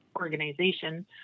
organization